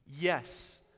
Yes